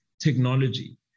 technology